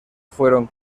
fueron